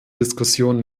diskussion